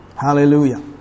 Hallelujah